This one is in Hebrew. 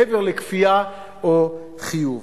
מעבר לכפייה או חיוב.